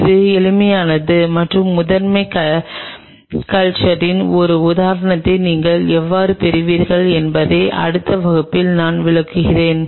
இது எளிதானது மற்றும் முதன்மை கல்ச்சரின் ஒரு உதாரணத்தை நீங்கள் எவ்வாறு பெறுவீர்கள் என்பதை அடுத்த வகுப்பில் நான் விளக்குகிறேன்